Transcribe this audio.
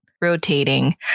rotating